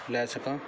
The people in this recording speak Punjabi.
ਲੈ ਸਕਾਂ